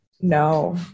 no